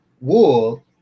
wool